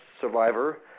survivor